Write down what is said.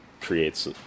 creates